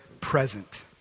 present